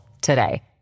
today